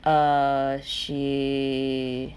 err she